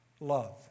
love